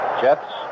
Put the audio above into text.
Jets